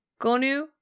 Gonu